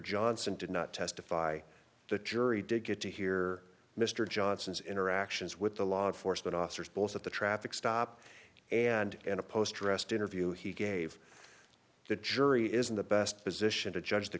johnson did not testify the jury did get to hear mr johnson's interactions with the law enforcement officers both at the traffic stop and in a post arrest interview he gave the jury is in the best position to judge the